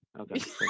okay